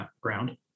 ground